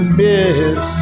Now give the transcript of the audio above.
miss